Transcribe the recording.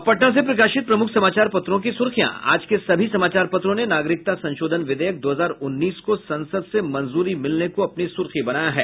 अब पटना से प्रकाशित प्रमुख समाचार पत्रों की सुर्खियां आज के सभी समाचार पत्रों ने नागरिकता संशोधन विधेयक दो हजार उन्नीस को संसद से मंजूरी मिलने को अपनी सुर्खी बनाया है